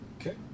Okay